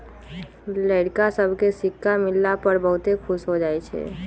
लइरका सभके सिक्का मिलला पर बहुते खुश हो जाइ छइ